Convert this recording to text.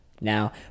now